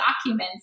documents